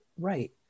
right